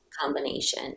combination